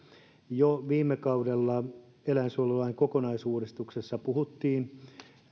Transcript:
jo viime kaudella eläinsuojelulain kokonaisuudistuksessa puhuttiin